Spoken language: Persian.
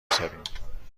بگذاریم